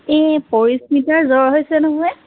এই পৰিস্মিতাৰ জ্বৰ হৈছে নহয়